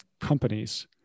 companies